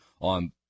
on